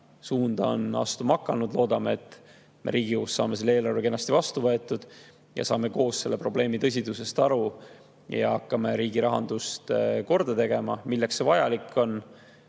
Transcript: suunda astuma hakanud. Loodame, et me saame Riigikogus selle eelarve kenasti vastu võetud, saame koos selle probleemi tõsidusest aru ja hakkame riigi rahandust korda tegema. Milleks see vajalik on?